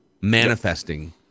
manifesting